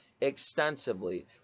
extensively